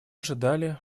ожидали